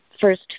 first